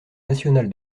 national